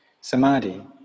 samadhi